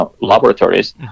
laboratories